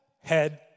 Head